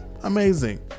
Amazing